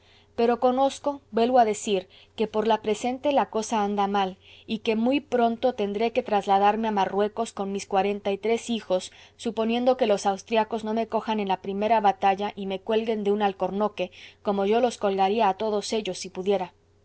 pero conozco vuelvo a decir que por la presente la cosa anda mal y que muy pronto tendré que trasladarme a marruecos con mis cuarenta y tres hijos suponiendo que los austriacos no me cojan en la primera batalla y me cuelguen de un alcornoque como yo los colgaría a todos ellos si pudiera